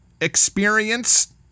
experience